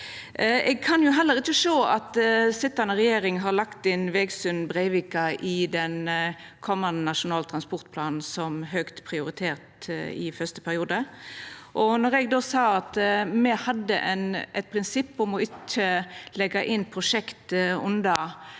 Eg kan heller ikkje sjå at sitjande regjering har lagt inn Vegsund–Breivika i den komande nasjonale transportplanen som høgt prioritert i første periode. Når eg sa at me hadde eit prinsipp om ikkje å leggja inn prosjekt under